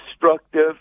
destructive